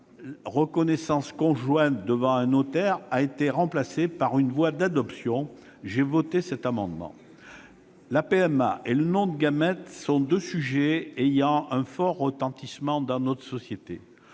reconnaissance conjointe devant un notaire a été remplacée par la voie de l'adoption. J'ai voté cet amendement. La PMA et le don de gamètes sont deux sujets ayant un fort retentissement dans notre société.